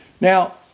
Now